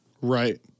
Right